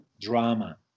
drama